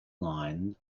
line